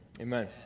amen